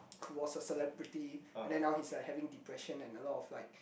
who was celebrity and then now he is like having depression and a lot of like